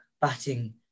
batting